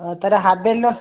ଓ ତାହାଲେ ହାବେଲ୍ ର